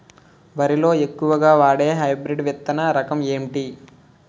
వరి లో ఎక్కువుగా వాడే హైబ్రిడ్ విత్తన రకం ఏంటి?